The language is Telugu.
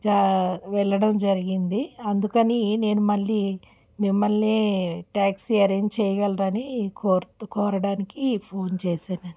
జా వెళ్ళడం జరిగింది అందుకని నేను మళ్ళీ మిమ్మల్నే ట్యాక్సీ అరేంజ్ చేయగలరని కోరడానికి ఫోన్ చేసాను అండి